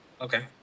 Okay